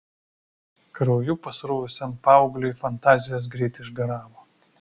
krauju pasruvusiam paaugliui fantazijos greit išgaravo